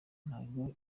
ntabwo